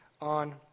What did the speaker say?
on